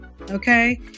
Okay